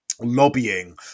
lobbying